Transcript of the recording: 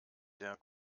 der